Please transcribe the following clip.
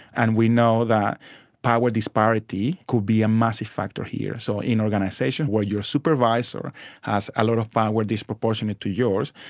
and we know power disparity could be a massive factor here. so in organisations where your supervisor has a lot of power disproportionate to yours,